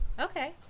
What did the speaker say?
Okay